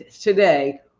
today